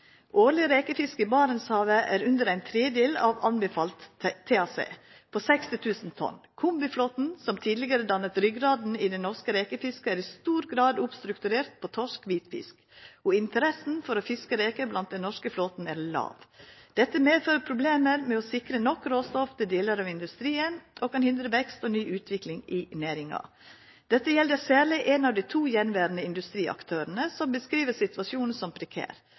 Årlig rekefiske i Barentshavet er under ⅓ av anbefalt TAC på 60 000 tonn. Kombiflåten, som tidligere dannet ryggraden i det norske rekefisket, er i stor grad oppstrukturert på torsk/hvitfisk, og interessen for å fiske reker blant den norske flåten er lav. Dette medfører problemer med å sikre nok råstoff til deler av industrien og kan hindre vekst og ny utvikling i næringa. Dette gjelder særlig en av de to gjenværende industriaktørene, som beskriver situasjonen som